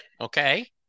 Okay